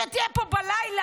שתהיה פה בלילה,